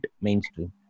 mainstream